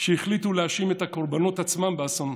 שהחליטו להאשים את הקורבנות עצמם באסון,